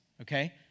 okay